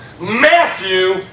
Matthew